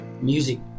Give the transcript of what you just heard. music